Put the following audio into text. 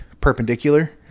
perpendicular